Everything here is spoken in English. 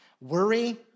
Worry